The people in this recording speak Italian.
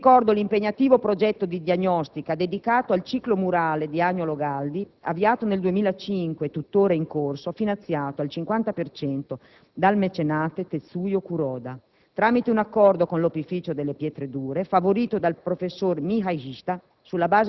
ricordi l'impegnativo progetto di diagnostica dedicato al ciclo murale di Agnolo Gaddi, avviato nel 2005 e tuttora in corso, finanziato al 50 per cento dal mecenate Tetsuyo Kuroda, tramite un accordo con l'Opificio delle Pietre Dure, favorito dal professor Miyashita